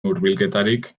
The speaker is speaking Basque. hurbilketarik